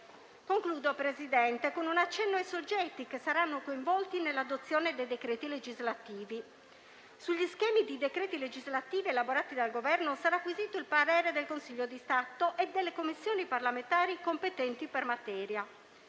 Concludo, Presidente, con un accenno ai soggetti che saranno coinvolti nell'adozione dei decreti legislativi. Sugli schemi di decreti legislativi elaborati dal Governo sarà acquisito il parere del Consiglio di Stato e delle Commissioni parlamentari competenti per materia.